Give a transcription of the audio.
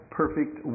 perfect